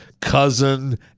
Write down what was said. cousin